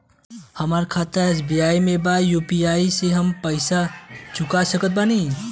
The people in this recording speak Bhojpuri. हमारा खाता एस.बी.आई में बा यू.पी.आई से हम पैसा चुका सकत बानी?